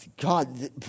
God